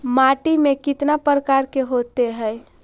माटी में कितना प्रकार के होते हैं?